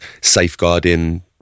safeguarding